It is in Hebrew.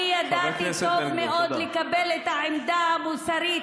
אני ידעתי טוב מאוד לקבל את העמדה המוסרית